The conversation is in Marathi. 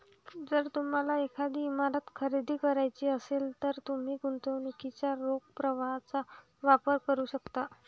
जर तुम्हाला एखादी इमारत खरेदी करायची असेल, तर तुम्ही गुंतवणुकीच्या रोख प्रवाहाचा वापर करू शकता